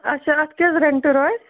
اَچھا اتھ کیٛاہ حظ ریٚنٛٹ روزِ